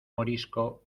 morisco